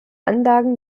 anlagen